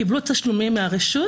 קיבלו תשלומים מהרשות,